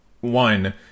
one